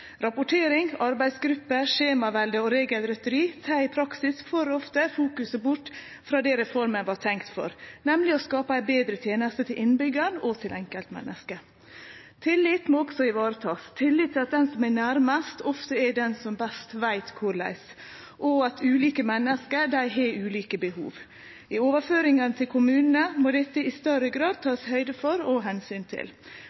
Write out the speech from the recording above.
Rapportering, arbeidsgrupper, skjemavelde og regelrytteri tek i praksis for ofte fokuset bort frå det reforma var tenkt for, nemleg å skape ei betre teneste til innbyggarane og til enkeltmennesket. Tillit må også ivaretakast – tillit til at den som er nærast, ofte er den som best veit korleis, for ulike menneske har ulike behov. I overføringane til kommunane må dette i større grad takast høgd for og omsyn til.